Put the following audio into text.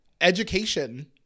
education